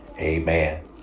Amen